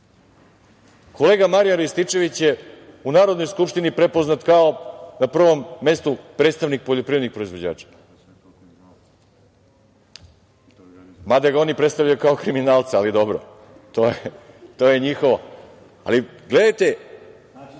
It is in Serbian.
Srbije. Kolega Marijan Rističević je u Narodnoj skupštini prepoznat na prvom mestu kao predstavnik poljoprivrednih proizvođača, mada ga oni predstavljaju kao kriminalca, ali, dobro, to je njihovo. Gledajte